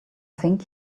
think